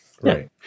right